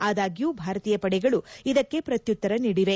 ಆದಾಗ್ಲೂ ಭಾರತೀಯ ಪಡೆಗಳು ಇದಕ್ಕೆ ಪ್ರತ್ಯುತ್ತರ ನೀಡಿವೆ